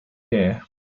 here